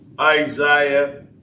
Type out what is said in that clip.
Isaiah